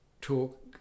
talk